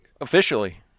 officially